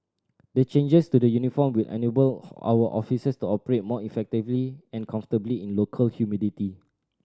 the changes to the uniform will enable our officers to operate more effectively and comfortably in local humidity